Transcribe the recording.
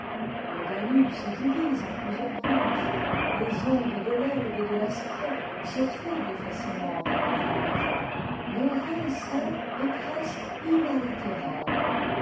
le danube se divise en plusieurs branches tes ondes de t'etbe et de la sprée se troublent facilement par l'orage le rhin seul est presque inaltérable